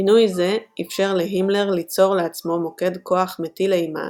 מינוי זה איפשר להימלר ליצור לעצמו מוקד כוח מטיל אימה,